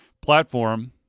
platform